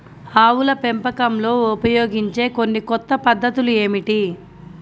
ఆవుల పెంపకంలో ఉపయోగించే కొన్ని కొత్త పద్ధతులు ఏమిటీ?